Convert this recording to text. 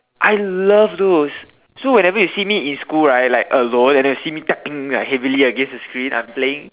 I loved those so whenever you see me in school right like alone and you see me like tapping like heavily against the screen I'm playing